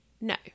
No